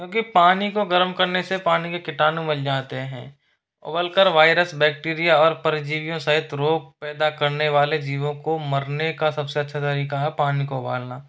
क्योंकि पानी को गर्म करने से पानी के कीटाणु मर जाते हैं उबलकर वायरस बैक्टीरिया और परिजीवियों सहित रोग पैदा करने वाले जीवों को मारने का सबसे अच्छा तरीका है पानी को उबालना